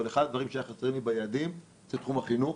אבל בהחלט יש לנו פה שיפור של הסטנדרטים הסביבתיים,